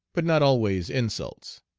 but not always insults.